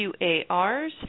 QARs